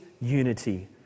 unity